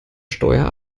steuer